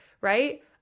Right